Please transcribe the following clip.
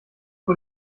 vor